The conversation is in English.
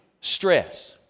stress